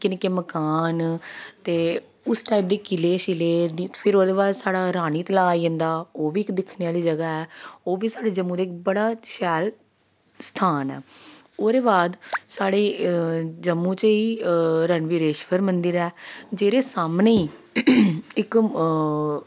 निक्के निक्के मकान ते उस टाइप दे किले शिले फिर ओह्दे बाद साढ़ा रानी तलाऽ आई जंदा ओह् बी इक दिक्खने आह्ली जगह् ऐ ओह् बी साढ़े जम्मू दा बड़ा शैल स्थान ऐ ओह्दे बाद साढ़े जम्मू च ही रणवरेश्वर मन्दर ऐ जेह्दे सामनै गै इक